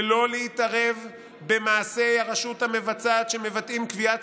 ולא להתערב במעשי הרשות המבצעת שמבטאים קביעת